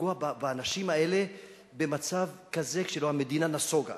לפגוע באנשים האלה במצב כזה, שבו המדינה נסוגה.